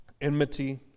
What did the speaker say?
enmity